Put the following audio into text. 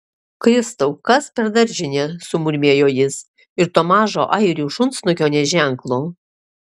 kristau kas per daržinė sumurmėjo jis ir to mažo airių šunsnukio nė ženklo